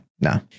no